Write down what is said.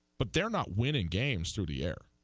but they're not winning games through the air